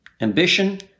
ambition